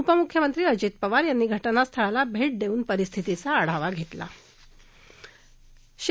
उपमुख्यमंत्री अजित पवार यांनी घटनास्थळाला भट दिस्तिन परिस्थितीचा आढावा घट्लिा